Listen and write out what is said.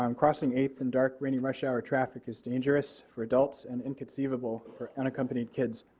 um crossing eighth in dark rainy rush-hour traffic is dangerous for adults and inconceivable for unaccompanied kids.